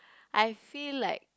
I feel like